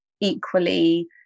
equally